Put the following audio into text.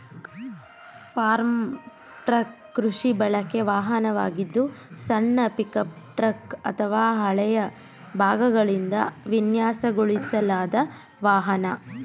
form truck ಕೃಷಿ ಬಳಕೆ ವಾಹನವಾಗಿದ್ದು ಸಣ್ಣ ಪಿಕಪ್ ಟ್ರಕ್ ಅಥವಾ ಹಳೆಯ ಭಾಗಗಳಿಂದ ವಿನ್ಯಾಸಗೊಳಿಸಲಾದ ವಾಹನ